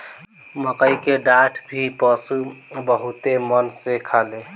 मकई के डाठ भी पशु बहुते मन से खाने